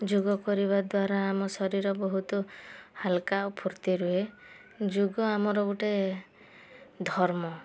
ଯୋଗ କରିବା ଦ୍ୱାରା ଆମ ଶରୀର ବହୁତ ହାଲକା ଓ ଫୁର୍ତ୍ତି ରୁହେ ଯୋଗ ଆମର ଗୋଟେ ଧର୍ମ